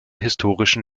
historischen